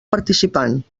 participant